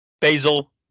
Basil